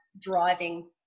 driving